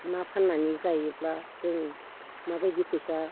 ना फाननानै जायोब्ला जों माबायदि फैसा